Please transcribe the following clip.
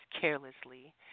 carelessly